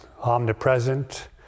omnipresent